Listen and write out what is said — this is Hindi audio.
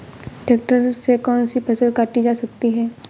ट्रैक्टर से कौन सी फसल काटी जा सकती हैं?